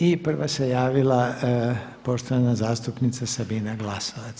I prva se javila poštovana zastupnica Sabina Glasovac.